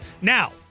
Now